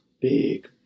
Big